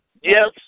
Yes